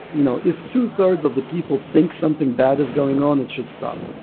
you know if two-thirds of the people think something bad is going on, it should stop.